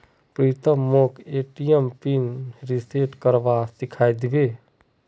प्रीतम मोक ATM PIN reset करवा सिखइ दी बे